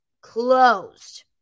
closed